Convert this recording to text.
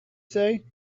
say